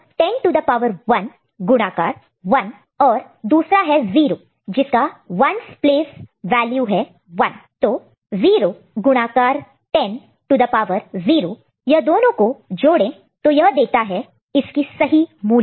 तो 10 to the power 1 गुणाकार multiplied multiplied 1 और दूसरा है 0 जिसका 1s प्लेस वैल्यू है 1 तो 0 गुणाकार 10 टू द पावर 0 यह दोनों को यह दोनों को जोड़ें तो यह देता है इसकी सही मूल्य